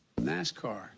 NASCAR